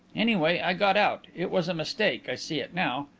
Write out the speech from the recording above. anyway, i got out. it was a mistake i see it now.